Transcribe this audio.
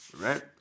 Right